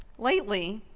lately,